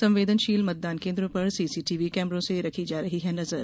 संवेदनशील मतदान केन्द्रों पर सीसीटीवी कैमरों से रखी जा रही है नजर